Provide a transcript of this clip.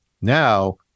Now